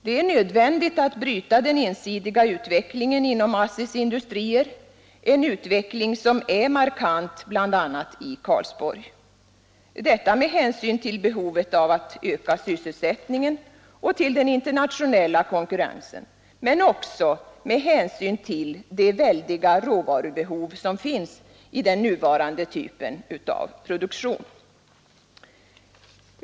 Det är nödvändigt att bryta den ensidiga utvecklingen inom ASSI:s industrier — en utveckling som är markant bl.a. i Karlsborg — med hänsyn till behovet av att öka sysselsättningen och med hänsyn till den internationella konkurrensen men också med hänsyn till det väldiga råvarubehov som finns i den nuvarande typen av produktion.